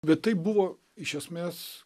bet tai buvo iš esmės